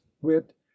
wit